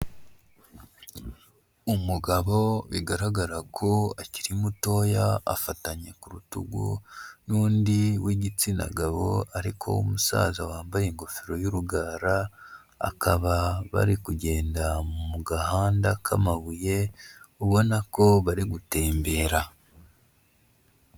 Umugabo bigaragara ko akiri mutoya afatanye ku rutugu n'undi w'igitsina gabo ariko w'umusaza wambaye ingofero y'urugara, akaba bari kugenda mu gahanda k'amabuye ubona ko bari gutembera.